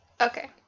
Okay